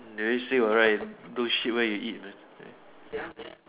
they always say what right don't where you eat man right